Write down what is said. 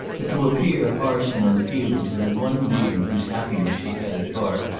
but to appear harsh and unfeeling to the one being whose happiness she had at heart,